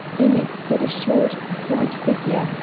in it stood a short, slight figure,